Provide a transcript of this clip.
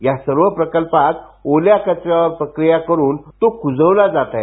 या सर्व प्रकल्पात ओल्या कचऱ्यावर प्रक्रिया करून तो कुजवला जात आहे